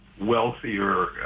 wealthier